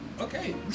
Okay